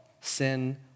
sin